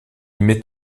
met